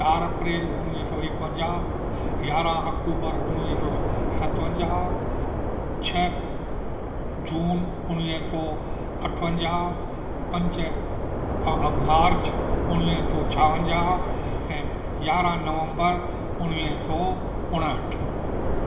चार अप्रेल उणिवीह सौ एकवंजाह यारहां अक्टूबर उणिवीह सौ सतवंजाह छह जून उणिवीह सौ अठवंजाह पंज मार्च उणिवीह सौ छावंजाह ऐं यारहां नवम्बर उणिवीह सौ उणहठि